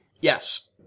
Yes